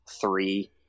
three